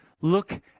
look